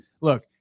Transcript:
look